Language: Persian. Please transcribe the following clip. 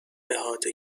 احاطه